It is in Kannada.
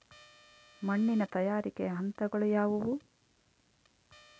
ಮಣ್ಣಿನ ತಯಾರಿಕೆಯ ಹಂತಗಳು ಯಾವುವು?